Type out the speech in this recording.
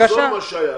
עזוב מה שהיה,